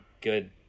good